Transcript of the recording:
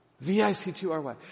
V-I-C-T-U-R-Y